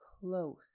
close